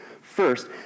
First